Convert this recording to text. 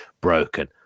broken